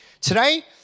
Today